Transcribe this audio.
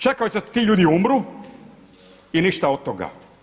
Čekaju da ti ljudi umru i ništa od toga.